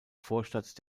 vorstadt